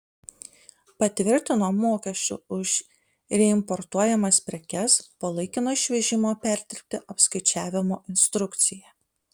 patvirtino mokesčių už reimportuojamas prekes po laikino išvežimo perdirbti apskaičiavimo instrukciją